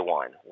one